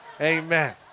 Amen